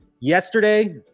yesterday